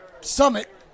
Summit